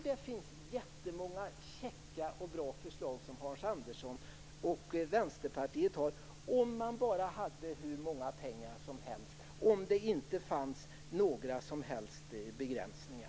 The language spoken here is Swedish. Det finns många käcka och bra förslag som Hans Andersson och Vänsterpartiet har om det bara fanns hur mycket pengar som helst och om det inte fanns några som helst begränsningar.